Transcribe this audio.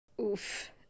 Oof